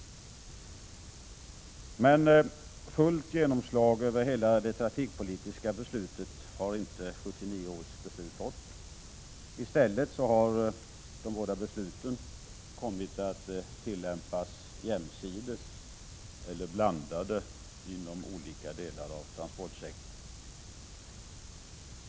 Men fullt genomslag över hela det trafikpolitiska området har 1979 års beslut inte fått. I stället har de båda besluten kommit att tillämpas jämsides eller blandat inom olika delar av transportsektorn.